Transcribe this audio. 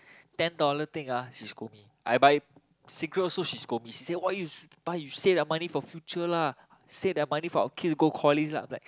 ten dollar thing ah she scold me I buy cigarette also she scold me she say why you s~ buy save that money for future lah save that money for our kids go college lah I'm like